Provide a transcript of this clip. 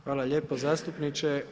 Hvala lijepo zastupniče.